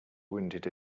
wounded